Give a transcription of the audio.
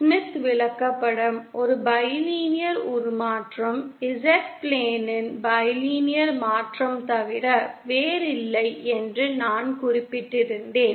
Smith விளக்கப்படம் ஒரு bilinear உருமாற்றம் Z பிளேனின் பைலினியர் மாற்றம் தவிர வேறில்லை என்று நான் குறிப்பிட்டிருந்தேன்